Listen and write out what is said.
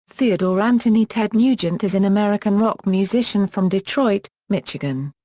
theodore anthony ted nugent is an american rock musician from detroit, michigan.